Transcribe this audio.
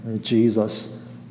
Jesus